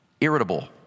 irritable